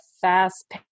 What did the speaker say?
fast